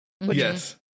yes